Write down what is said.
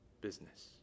business